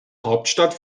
hauptstadt